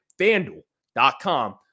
FanDuel.com